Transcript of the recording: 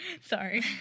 Sorry